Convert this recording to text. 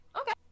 Okay